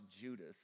Judas